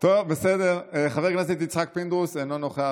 אינו נוכח,